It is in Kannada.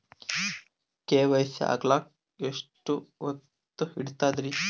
ಕೆ.ವೈ.ಸಿ ಆಗಲಕ್ಕ ಎಷ್ಟ ಹೊತ್ತ ಹಿಡತದ್ರಿ?